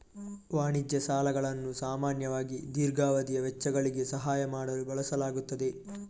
ವಾಣಿಜ್ಯ ಸಾಲಗಳನ್ನು ಸಾಮಾನ್ಯವಾಗಿ ದೀರ್ಘಾವಧಿಯ ವೆಚ್ಚಗಳಿಗೆ ಸಹಾಯ ಮಾಡಲು ಬಳಸಲಾಗುತ್ತದೆ